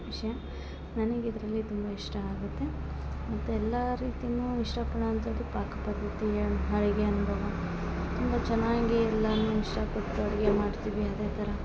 ವಿಷಯ ನನಗೆ ಇದರಲ್ಲಿ ತುಂಬ ಇಷ್ಟ ಆಗುತ್ತೆ ಮತ್ತು ಎಲ್ಲಾ ರೀತಿನೂ ಇಷ್ಟ ಪಡೋವಂಥದ್ದು ಪಾಕಪದ್ಧತಿಯ ಅಡಿಗೆ ತುಂಬ ಚೆನ್ನಾಗಿ ಎಲ್ಲಾನೂ ಇಷ್ಟ ಪಟ್ಟೋರಿಗೆ ಮಾಡ್ತೀವಿ ಅದೇ ಥರ